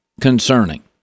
concerning